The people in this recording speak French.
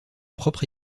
propre